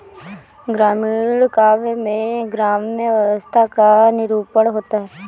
ग्रामीण काव्य में ग्राम्य व्यवस्था का निरूपण होता है